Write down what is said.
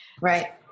Right